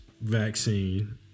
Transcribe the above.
vaccine